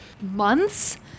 Months